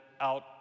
out